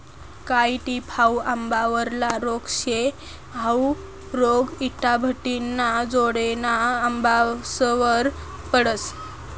कायी टिप हाउ आंबावरला रोग शे, हाउ रोग इटाभट्टिना जोडेना आंबासवर पडस